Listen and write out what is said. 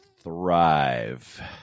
thrive